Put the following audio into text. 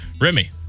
Remy